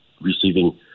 receiving